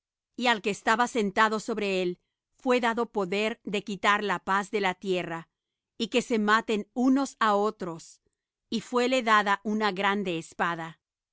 y al que estaba sentado sobre él fué dado poder de quitar la paz de la tierra y que se maten unos á otros y fuéle dada una grande espada